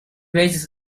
raises